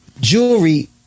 jewelry